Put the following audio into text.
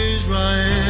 Israel